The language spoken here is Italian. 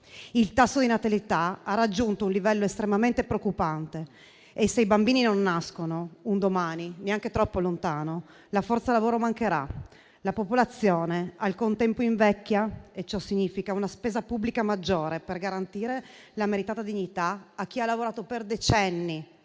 il tasso di natalità ha raggiunto un livello estremamente preoccupante e, se i bambini non nascono, un domani neanche troppo lontano la forza lavoro mancherà; la popolazione al contempo invecchia e ciò significa una spesa pubblica maggiore per garantire la meritata dignità a chi ha lavorato per decenni,